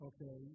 Okay